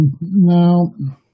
Now